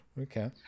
Okay